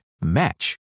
match